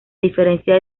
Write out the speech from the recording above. diferencia